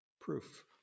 proof